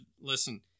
listen